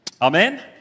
amen